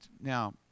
now